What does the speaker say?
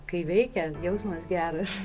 kai veikia jausmas geras